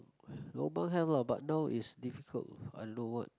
lobang have lah but now is difficult